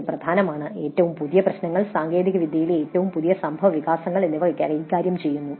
" ഇത് പ്രധാനമാണ് ഏറ്റവും പുതിയ പ്രശ്നങ്ങൾ സാങ്കേതികവിദ്യയിലെ ഏറ്റവും പുതിയ സംഭവവികാസങ്ങൾ എന്നിവ കൈകാര്യം ചെയ്യുന്നു